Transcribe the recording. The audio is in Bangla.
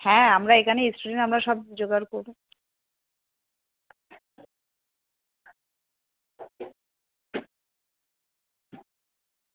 হ্যাঁ আমরা এখানে স্টুডেন্ট আমরা সব জোগাড় করে